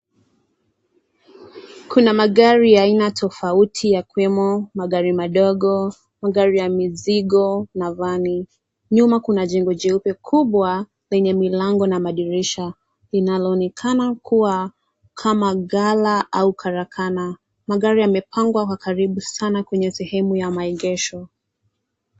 Kuna magari ya aina tofauti, yakiwemo magari madogo, magari ya mzigo na vani. Nyuma kuna jengo jeupe kubwa lenya milango na madirisha, linaloonekana kuwa kama gala au karakana. Magari yamepangwa kwa karibu sana kwenye sehemu ya maeegesho.